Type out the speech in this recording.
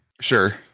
Sure